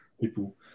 people